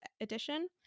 edition